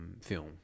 film